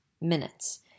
minutes